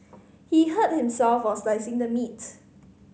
he hurt himself while slicing the meat